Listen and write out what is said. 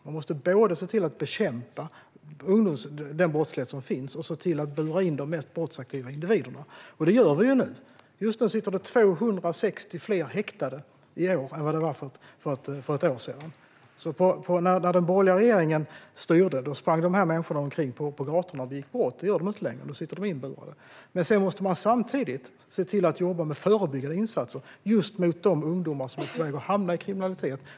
Man måste både bekämpa den brottslighet som finns och bura in de mest brottsaktiva individerna. Det gör vi nu. Just nu sitter det 260 fler häktade jämfört med för ett år sedan. När den borgerliga regeringen styrde sprang de här människorna omkring på gatorna och begick brott. Det gör de inte längre. Nu sitter de inburade. Samtidigt måste man jobba med förebyggande insatser just mot de ungdomar som är på väg att hamna i kriminalitet.